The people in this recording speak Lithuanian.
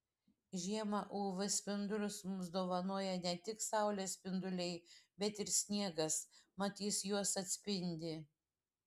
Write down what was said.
žiemą uv spindulius mums dovanoja ne tik saulės spinduliai bet ir sniegas mat jis juos atspindi